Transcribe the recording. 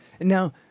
Now